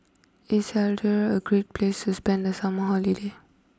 is Algeria a Great place to spend the summer holiday